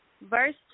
Verse